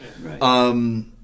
Right